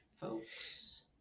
folks